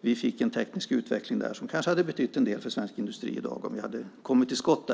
vi fick en teknisk utveckling som kanske hade betytt en del för svensk industri i dag - om vi politiker hade kommit till skott.